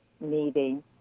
meeting